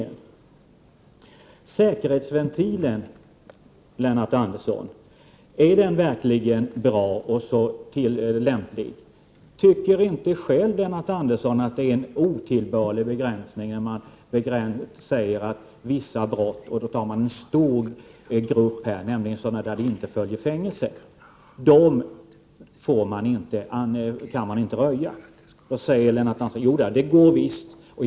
Är säkerhetsventilen verkligen så bra och lämplig, Lennart Andersson? Tycker inte Lennart Andersson själv att det är en otillbörlig begränsning när Prot. 1988/89:111 man säger att vissa brott — och man räknar då upp en stor mängd brott som inte föranleder ett fängelsestraff — inte kan röjas? Då svarar Lennart Andersson: Visst går det!